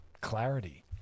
clarity